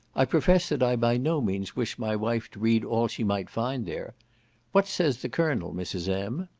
i profess that i by no means wish my wife to read all she might find there what says the colonel, mrs. m?